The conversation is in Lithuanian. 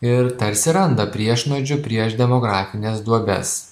ir tarsi randa priešnuodžių prieš demografines duobes